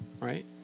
Right